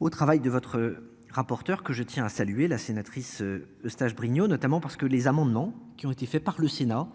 Au travail de votre rapporteur, que je tiens à saluer la sénatrice. Eustache-Brinio, notamment parce que les amendements qui ont été fait par le Sénat